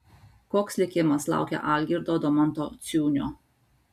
koks likimas laukia algirdo domanto ciūnio